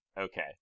okay